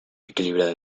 equilibrada